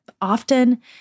often